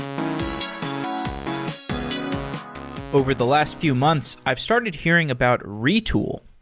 ah over the last few months, i've started hearing about retool.